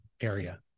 area